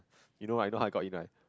you know how I got in one